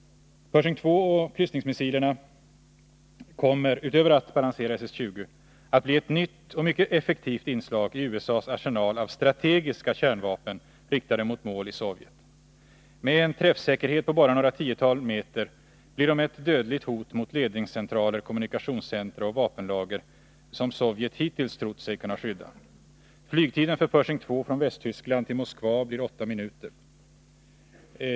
Pershing 2 och kryssningsmissilerna kommer utöver att balansera SS 20 att bli ett nytt och mycket effektivt inslag i USA:s arsenal av strategiska kärnvapen, riktade mot mål i Sovjet. Med en träffsäkerhet på bara några tiotal meter blir de ett dödligt hot mot ledningscentraler, kommunikationscentra och vapenlager, som Sovjet hittills trott sig kunna skydda. Flygtiden för Pershing 2 från Västtyskland till Moskva är bara åtta minuter.